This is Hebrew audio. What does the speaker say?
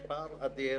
יש פער אדיר